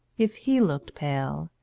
if he looked pale,